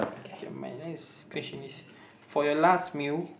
K my next question is for your last meal